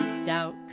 Doubt